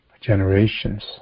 generations